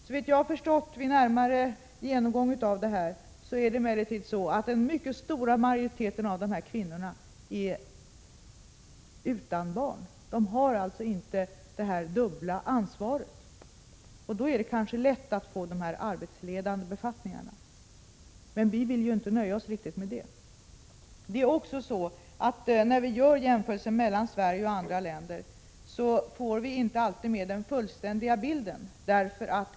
Såvitt jag har förstått vid en närmare genomgång, är emellertid en mycket stor majoritet av dessa kvinnor utan barn. De har alltså inte detta dubbla ansvar, och då är det kanske lättare att få arbetsledande befattningar. Vi vill ju inte nöja oss med det! När vi gör jämförelser mellan Sverige och andra länder får vi inte heller alltid med den fullständiga bilden.